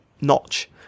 notch